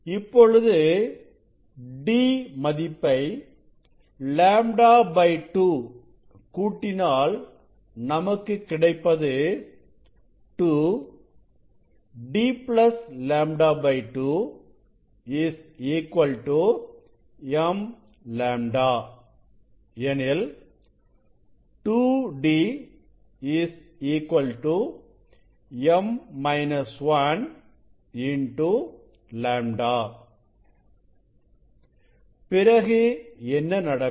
இப்பொழுது d மதிப்பை λ 2 கூட்டினால் நமக்கு கிடைப்பது 2d λ 2 m λ எனில் 2d λ பிறகு என்ன நடக்கும்